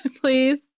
Please